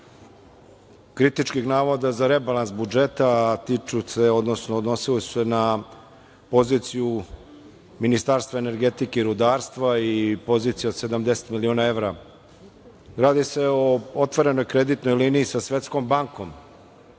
kritičkih navoda za rebalans budžeta, a tiču se, odnosili su se na poziciju Ministarstva energetike i rudarstva i pozicije od 70 miliona evra, radi se o otvorenoj kreditnoj liniji sa Svetskom bankom